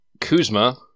Kuzma